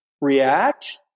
react